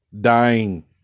dying